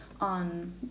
on